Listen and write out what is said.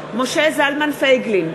משה זלמן פייגלין,